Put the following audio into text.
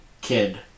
kid